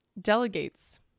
delegates